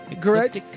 correct